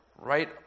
right